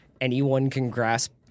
anyone-can-grasp